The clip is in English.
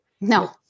No